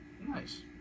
Nice